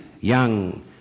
young